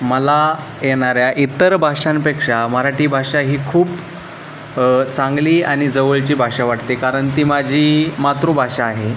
मला येणाऱ्या इतर भाषांपेक्षा मराठी भाषा ही खूप चांगली आणि जवळची भाषा वाटते कारण ती माझी मातृभाषा आहे